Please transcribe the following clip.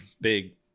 big